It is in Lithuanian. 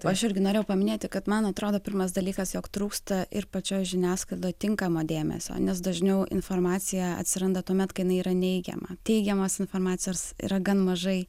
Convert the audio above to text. aš irgi norėjau paminėti kad man atrodo pirmas dalykas jog trūksta ir pačios žiniasklaidos tinkamo dėmesio nes dažniau informacija atsiranda tuomet kai jinai yra neigiama teigiamos informacijos yra gan mažai